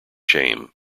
shame